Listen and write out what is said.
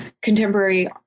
contemporary